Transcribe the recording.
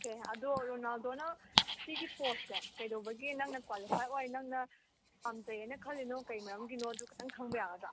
okay ꯑꯗꯣ ꯔꯣꯅꯥꯜꯗꯣꯅ ꯁꯤꯒꯤ ꯄꯣꯁꯁꯦ ꯀꯩꯗꯧꯕꯒꯤ ꯅꯪꯅ ꯀ꯭ꯋꯥꯂꯤꯐꯥꯏ ꯑꯣꯏ ꯅꯪꯅ ꯄꯥꯝꯖꯩꯑꯅ ꯈꯜꯂꯤꯅꯣ ꯀꯔꯤ ꯃꯔꯝꯒꯤꯅꯣ ꯑꯗꯨ ꯈꯤꯇꯪ ꯈꯪꯕ ꯌꯥꯒꯗ꯭ꯔꯣ